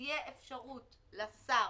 שתהיה אפשרות לשר,